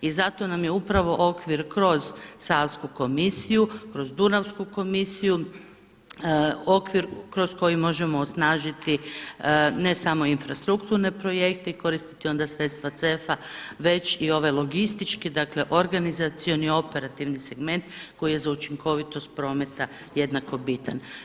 I zato nam je upravo okvir kroz … [[Govornica se ne razumije.]] komisiju, kroz Dunavsku komisiju, okvir kroz koji možemo osnažiti ne samo infrastrukturne projekte i koristiti onda sredstva CEF-a već i ove logističke, dakle organizacioni i operativni segment koji je za učinkovitost prometa jednako bitan.